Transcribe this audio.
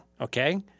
Okay